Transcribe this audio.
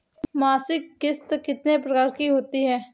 मासिक किश्त कितने प्रकार की होती है?